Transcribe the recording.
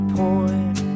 point